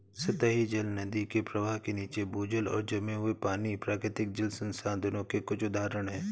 सतही जल, नदी के प्रवाह के नीचे, भूजल और जमे हुए पानी, प्राकृतिक जल संसाधनों के कुछ उदाहरण हैं